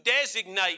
designate